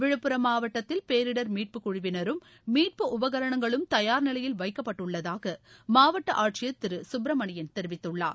விழுப்புரம் மாவட்டத்தில் பேரிடர் மீட்புக் குழுவினரும் மீட்பு உபகரணங்களும் தயார் நிலையில் வைக்கப்பட்டுள்ளதாக மாவட்ட ஆட்சியர் திரு சுப்பிரமணியன் தெரிவித்துள்ளார்